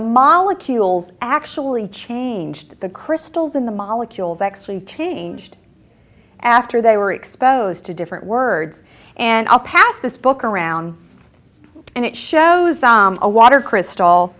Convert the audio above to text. molecules actually changed the crystals in the molecules actually changed after they were exposed to different words and i passed this book around and it shows a water crystal